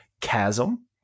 Chasm